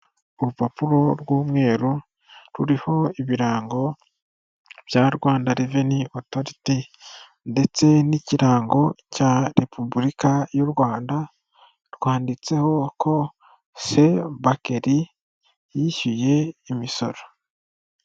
Urupapuro rw'umweru ruriho ibirango bya Rwanda reveni otoriti ndetse n' ikirango cya repubulika y'u Rwanda rwanditseho ko sebakeri yishyuye imisoro.